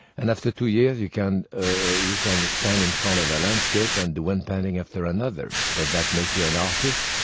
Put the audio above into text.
and after two years, you can ah you can stand in front of a landscape and do one painting after another. does that make you an artist?